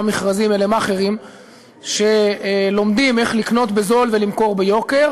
מכרזים אלה מאכערים שלומדים איך לקנות בזול ולמכור ביוקר.